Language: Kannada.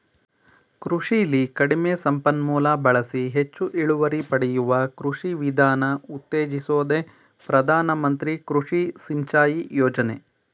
ಕೃಷಿಲಿ ಕಡಿಮೆ ಸಂಪನ್ಮೂಲ ಬಳಸಿ ಹೆಚ್ ಇಳುವರಿ ಪಡೆಯುವ ಕೃಷಿ ವಿಧಾನ ಉತ್ತೇಜಿಸೋದೆ ಪ್ರಧಾನ ಮಂತ್ರಿ ಕೃಷಿ ಸಿಂಚಾಯಿ ಯೋಜನೆ